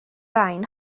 rain